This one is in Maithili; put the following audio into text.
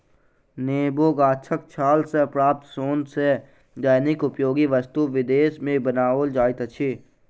नेबो गाछक छाल सॅ प्राप्त सोन सॅ दैनिक उपयोगी वस्तु विदेश मे बनाओल जाइत अछि